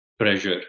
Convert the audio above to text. treasure